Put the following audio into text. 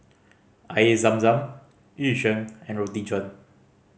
Air Zam Zam Yu Sheng and Roti John